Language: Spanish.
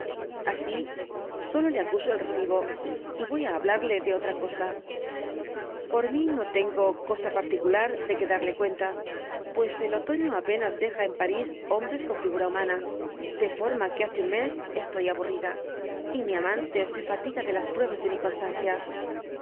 asi solo le acuso el recibo y voy á hablarle de otra cosa por mi no tengo cosa particular de que darle cuenta pues el otofio apenas deja en paris hombres con figura humana de forma que hace un mes estoy aburrida y mi amante se fatiga de las pruebas de mi constancia